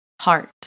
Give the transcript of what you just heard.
heart